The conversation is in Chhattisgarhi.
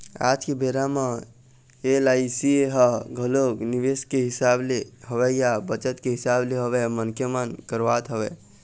आज के बेरा म एल.आई.सी ह घलोक निवेस के हिसाब ले होवय या बचत के हिसाब ले होवय मनखे मन करवात हवँय